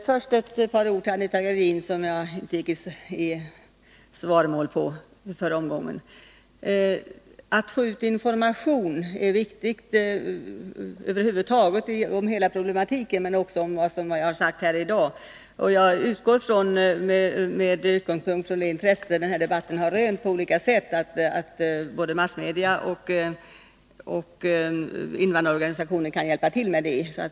Herr talman! Först ett par ord till Anita Gradin, som jag inte gick i svaromål till förra omgången. Det är viktigt att få ut information över huvud taget, om hela problematiken, men också om vad jag har sagt här i dag. Med utgångspunkt i det intresse den här debatten har rönt på olika sätt utgår jag från att både massmedia och invandrarorganisationer kan hjälpa till med detta.